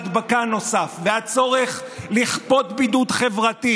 כספים וחוץ וביטחון.